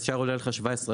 ישר עולים לך 17%,